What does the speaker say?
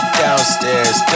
downstairs